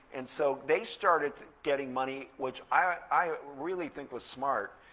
and so they started getting money, which i really think was smart,